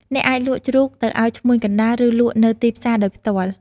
អ្នកអាចលក់ជ្រូកទៅឲ្យឈ្មួញកណ្តាល ឬលក់នៅទីផ្សារដោយផ្ទាល់។